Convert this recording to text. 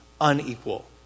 unequal